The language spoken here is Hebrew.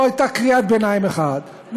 לא הייתה קריאת ביניים אחת,